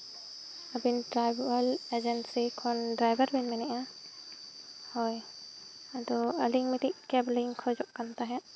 ᱟᱹᱵᱤᱱ travel agency ᱠᱷᱚᱱ driver ᱵᱤᱱ ᱱᱮᱱᱮᱜᱼᱟ ᱦᱳᱭ ᱟᱫᱚ ᱟᱹᱞᱤᱧ ᱢᱤᱫᱴᱤᱡ ᱠᱮᱵᱽ ᱞᱤᱧ ᱠᱷᱚᱡᱚᱜ ᱠᱟᱱ ᱛᱟᱦᱮᱸᱫ